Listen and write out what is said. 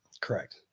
Correct